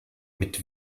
mit